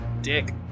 dick